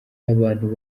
y’abantu